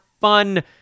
fun